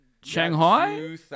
Shanghai